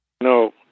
No